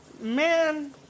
Man